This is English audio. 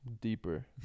Deeper